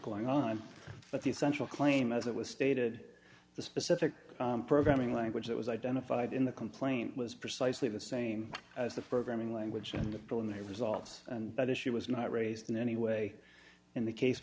going on but the central claim as it was stated the specific programming language that was identified in the complaint was precisely the same as the programming language and the preliminary results but as she was not raised in any way in the case